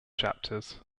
chapters